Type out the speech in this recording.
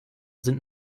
sind